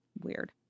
weird